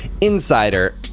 insider